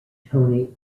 tony